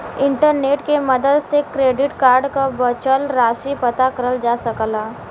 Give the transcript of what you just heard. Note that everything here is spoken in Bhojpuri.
इंटरनेट के मदद से क्रेडिट कार्ड क बचल राशि पता करल जा सकला